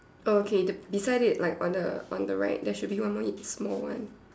oh okay the beside it like on the on the right there should be one more small one